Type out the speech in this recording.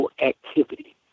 Activity